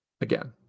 again